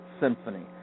Symphony